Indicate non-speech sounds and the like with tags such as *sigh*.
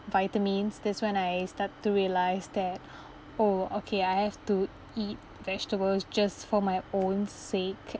vitamins that's when I start to realise that *breath* oh okay I have to eat vegetables just for my own sake